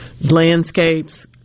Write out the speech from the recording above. landscapes